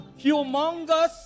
humongous